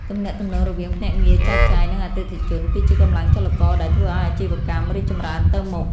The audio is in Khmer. ទំនាក់ទំនងរវាងភ្នាក់ងារចែកចាយ និងអតិថិជន គឺជាកម្លាំងចលករដែលធ្វើឱ្យអាជីវកម្មរីកចម្រើនទៅមុខ។